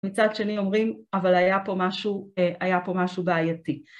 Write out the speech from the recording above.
מצד שני אומרים אבל היה פה משהו היה פה משהו בעייתי.